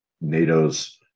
NATO's